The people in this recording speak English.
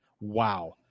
wow